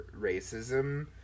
racism